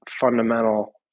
fundamental